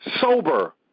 Sober